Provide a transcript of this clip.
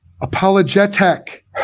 Apologetic